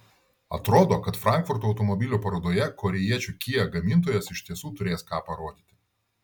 atrodo kad frankfurto automobilių parodoje korėjiečių kia gamintojas iš tiesų turės ką parodyti